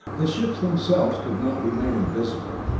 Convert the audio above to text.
the ships themselves could not be made invisible,